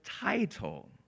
title